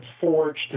forged